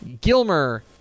Gilmer